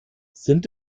sind